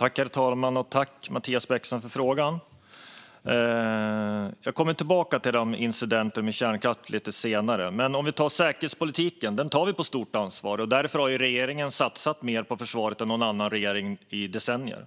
Herr talman! Tack, Mattias Bäckström, för frågan! Jag kommer tillbaka till kärnkraftsincidenterna lite senare. Vi tar säkerhetspolitiken på stort allvar. Därför har regeringen satsat mer på försvaret än någon annan regering gjort under decennier.